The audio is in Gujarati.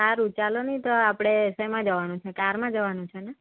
સારું ચાલોને તો આપણે શેમાં જવાનું છે કારમાં જવાનું છે ને